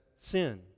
sin